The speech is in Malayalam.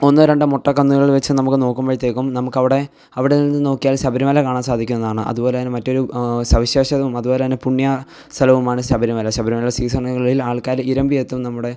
ഒന്നോ രണ്ടോ മൊട്ടക്കുന്നുകൾ വെച്ച് നമുക്ക് നോക്കുമ്പോഴത്തേക്കും നമുക്കവിടെ അവിടെ നിന്ന് നോക്കിയാൽ ശബരിമല കാണാൻ സാധിക്കുന്നതാണ് അതുപോലെ മറ്റൊരു സവിശേഷതയും അതുപോലെത്തന്നെ പുണ്യ സ്ഥലവുമാണ് ശബരിമല ശബരിമല സീസണുകളിൽ ആൾക്കാർ ഇരമ്പിയെത്തും നമ്മുടെ